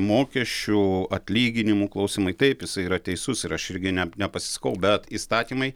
mokesčių atlyginimų klausimai taip jisai yra teisus ir aš irgi ne nepasisakau bet įstatymai